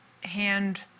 hand